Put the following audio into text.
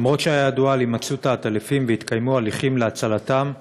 אף שהיה ידוע על הימצאות העטלפים והתקיימו הליכים להצלתם,